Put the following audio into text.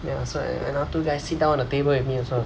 ya so I I kn~ sit down at the table with me also